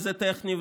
ושזה טכני,